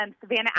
Savannah